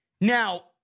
Now